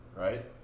right